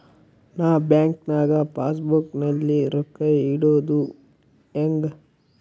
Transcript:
ನಾ ಬ್ಯಾಂಕ್ ನಾಗ passbook ನಲ್ಲಿ ರೊಕ್ಕ ಇಡುದು ಹ್ಯಾಂಗ್?